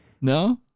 No